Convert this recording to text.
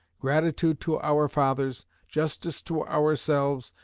gratitude to our fathers, justice to ourselves,